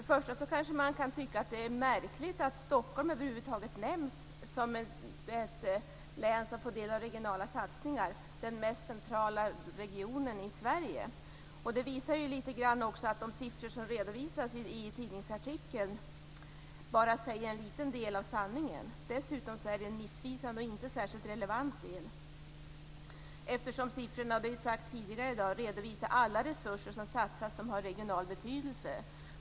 För det första kan man tycka att det är märkligt att Stockholm över huvud taget nämns som ett län som får del av regionala satsningar. Det är ju den mest centrala regionen i Sverige. Det visar ju att de siffror som redovisas i tidningsartikeln bara säger en liten del av sanningen, dessutom en missvisande och inte särskilt relevant del eftersom siffrorna redovisar alla resurser som satsas som har regional betydelse.